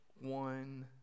one